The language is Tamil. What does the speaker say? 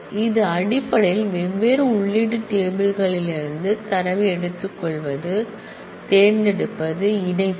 இது அடிப்படையில் வெவ்வேறு உள்ளீட்டு டேபிள் களிலிருந்து டேட்டாவை எடுத்துக்கொள்வது தேர்ந்தெடுப்பது இணைப்பது